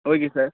okay sir